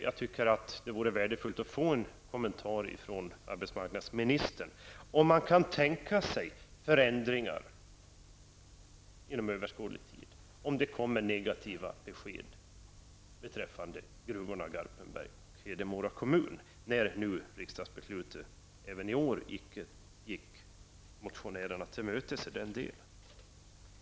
Jag tycker att det vore värdefullt att få en kommentar från arbetsmarknadsministern huruvida man kan tänka sig förändringar inom överskådlig tid, om det kommer negativa besked beträffande gruvorna i Garpenberg och Hedemora kommun, när nu riksdagsbeslutet inte ens i år gick motionärerna till mötes i den delen.